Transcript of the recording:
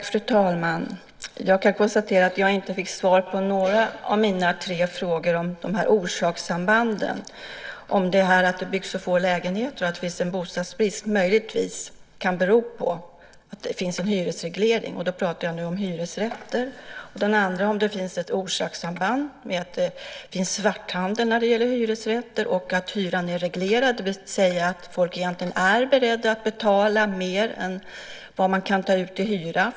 Fru talman! Jag kan konstatera att jag inte fick svar på några av mina tre frågor om orsakssambanden. Den första gällde att det byggs så få lägenheter och att det finns en bostadsbrist, och att det möjligtvis kan bero på att det finns en hyresreglering. Nu talar jag om hyresrätter. Den andra frågan gällde om det finns ett orsakssamband mellan att det finns svarthandel när det gäller hyresrätter och att hyran är reglerad. Människor är egentligen beredda att betala mer än vad man kan ta ut i hyra.